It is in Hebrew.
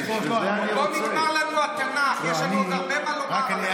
לא נגמר לנו התנ"ך, יש לנו עוד הרבה מה לומר.